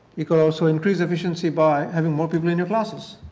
you know so increase efficiency by having more people in your classes.